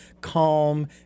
calm